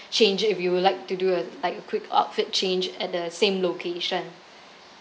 change it if you would like to do a like a quick outfit change at the same location